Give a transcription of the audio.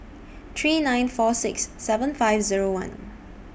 three nine four six seven five Zero one